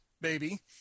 baby